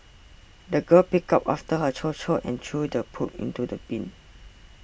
the girl picked up after her chow chow and threw the poop into the bin